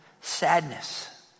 sadness